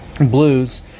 blues